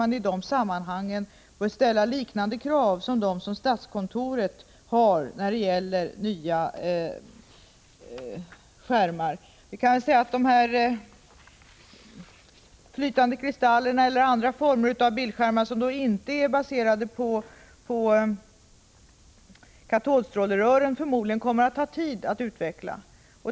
Man bör vid sådan upphandling ställa krav liknande dem som statskontoret ställer vid inköp av nya skärmar. 37 Det kommer förmodligen att ta tid att utveckla bildskärmar som inte är baserade på katodstrålerör utan på flytande kristaller och liknande.